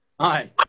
hi